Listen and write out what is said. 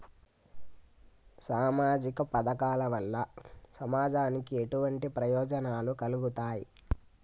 సామాజిక రంగ పథకాల వల్ల సమాజానికి ఎటువంటి ప్రయోజనాలు కలుగుతాయి?